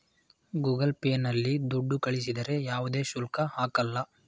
Google Pay ನಲ್ಲಿ ದುಡ್ಡು ಕಳಿಸಿದರೆ ಯಾವುದೇ ಶುಲ್ಕ ಹಾಕಲ್ಲ